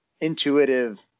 intuitive